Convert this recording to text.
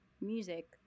music